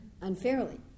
Unfairly